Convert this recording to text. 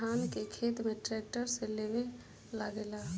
धान के खेत में ट्रैक्टर से लेव लागेला